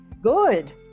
Good